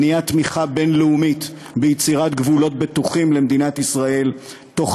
בניית תמיכה בין-לאומית ביצירת גבולות בטוחים למדינת ישראל תוך